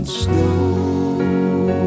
snow